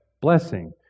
blessing